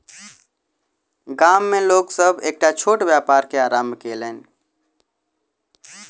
गाम में लोक सभ एकटा छोट व्यापार के आरम्भ कयलैन